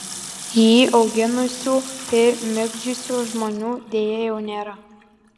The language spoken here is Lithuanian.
jį auginusių ir migdžiusių žmonių deja jau nėra